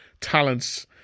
talents